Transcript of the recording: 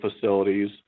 facilities